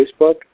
Facebook